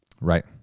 Right